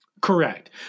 Correct